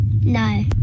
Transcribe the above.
no